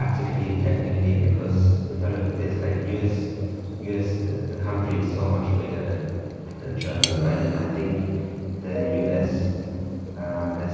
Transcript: tactically, technically, because if i look at this, like us, the country is so much bigger than than germany, right? and i think the us has